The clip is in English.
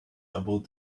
about